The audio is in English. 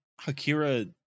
Hakira